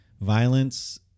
violence